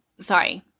Sorry